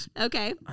Okay